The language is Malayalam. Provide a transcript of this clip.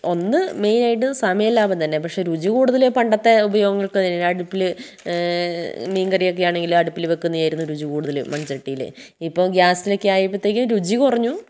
ഒന്ന് മെയിനായിട്ടു സമയം ലാഭം തന്നെ പക്ഷേ രുചി കൂടുതൽ പണ്ടത്തെ ഉപയോഗങ്ങൾക്ക് അടുപ്പിൽ മീൻകറിയൊക്കെ ആണെങ്കിൽ അടുപ്പിൽ വയ്ക്കുന്നതായിരുന്നു രുചി കൂടുതൽ മൺചട്ടിയിൽ ഇപ്പം ഗ്യാസിലൊക്കെയായപ്പോഴത്തേക്ക് രുചി കുറഞ്ഞു